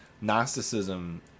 Gnosticism